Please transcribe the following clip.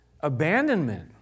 abandonment